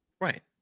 Right